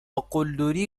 قلدری